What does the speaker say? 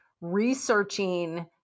researching